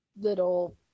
little